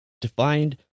defined